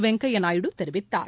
வெங்கய்யாநாயுடு தெரிவித்தார்